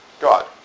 God